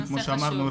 כמו שאמרנו,